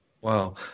Wow